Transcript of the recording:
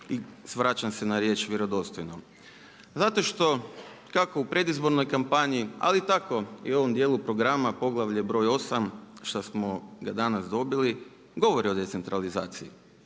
i vraćam se na riječ vjerodostojno? Zato što kako u predizbornoj kampanji ali tako i u ovom dijelu programa Poglavlje br. 8 što smo ga danas dobili govori o decentralizaciji.